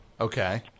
Okay